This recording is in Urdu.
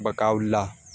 بقاء اللہ